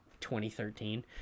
2013